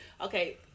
Okay